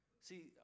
See